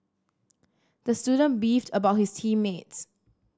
the student beefed about his team mates